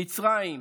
ממצרים,